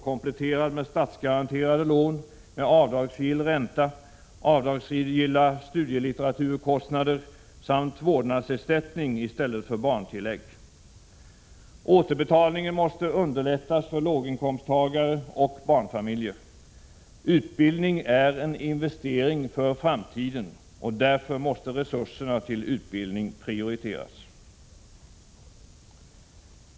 kompletterad med statsgaranterade lån med avdragsgill ränta, avdragsgilla studielitteraturkostnader samt vårdnadsersättning i stället för barntillägg. Återbetalningen måste underlättas för låginkomsttagare och barnfamiljer. Utbildning är en investering för framtiden. Därför måste resurserna till utbildning prioriteras.